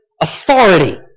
authority